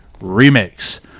remakes